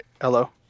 Hello